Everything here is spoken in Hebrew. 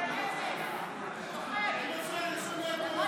(קוראת בשמות חברי הכנסת)